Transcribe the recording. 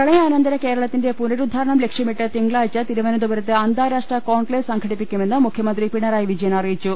പ്രളയാന്ന്തര കേരളത്തിന്റെ പുനരുദ്ധാരണം ലക്ഷ്യമിട്ട് തിങ്ക ളാഴ്ച തിരുവനന്തപുരത്ത് അന്താരാഷ്ട്ര കോൺക്ലേവ് സംഘടി പ്പിക്കുമെന്ന് മുഖ്യമന്ത്രി പിണറായി വിജയൻ അറിയിച്ചു